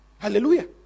Hallelujah